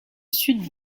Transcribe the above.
sud